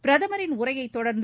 பிரதமரின் உரையைத் தொடர்ந்து